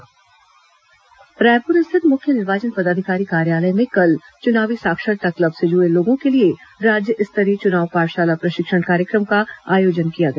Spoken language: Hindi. स्वीप प्रशिक्षण रायपुर स्थित मुख्य निर्वाचन पदाधिकारी कार्यालय में कल चुनावी साक्षरता क्लब से जुड़े लोगों के लिए राज्य स्तरीय चुनाव पाठशाला प्रशिक्षण कार्यक्रम का आयोजन किया गया